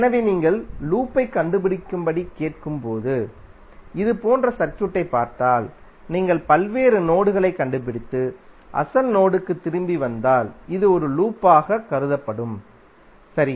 எனவே நீங்கள் லூப்பைக் கண்டுபிடிக்கும்படி கேட்கும்போது இதுபோன்ற சர்க்யூட்டைப் பார்த்தால் நீங்கள் பல்வேறு நோடுகளைக் கண்டுபிடித்து அசல் நோடுக்கு திரும்பி வந்தால் இது ஒரு லூப்பாகக் கருதப்படும் சரி